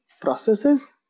processes